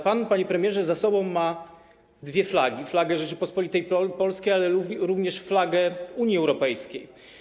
Pan, panie premierze, ma za sobą ma dwie flagi: flagę Rzeczypospolitej Polskiej, ale również flagę Unii Europejskiej.